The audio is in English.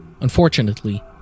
Unfortunately